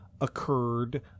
occurred